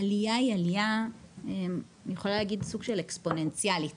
העלייה היא סוג של אקספוננציאלית